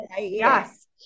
Yes